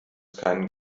keinen